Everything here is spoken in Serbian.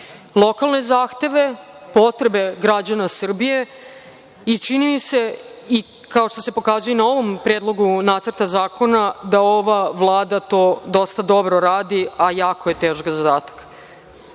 lokalne zahteve, potrebe građana Srbije i kao što se pokazuje na ovom predlogu nacrta zakona da ova Vlada to dosta dobro radi, a jako je težak zadatak. Što